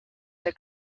the